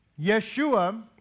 Yeshua